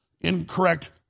Incorrect